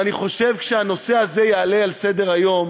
ואני חושב שכשהנושא הזה יעלה על סדר-היום